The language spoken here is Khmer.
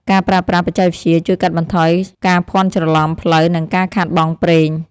ការប្រើប្រាស់បច្ចេកវិទ្យា ជួយកាត់បន្ថយការភ័ន្តច្រឡំផ្លូវ និងការខាតបង់ប្រេង។